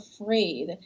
afraid